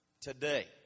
today